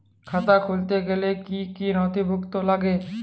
খাতা খুলতে গেলে কি কি নথিপত্র লাগে?